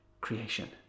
creation